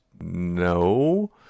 No